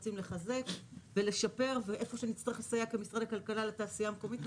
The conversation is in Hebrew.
רוצים לחזק ולשבר ואיפה שנצטרך לסייע כמשרד הכלכלה לתעשייה המקומית,